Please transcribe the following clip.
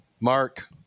Mark